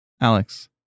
Alex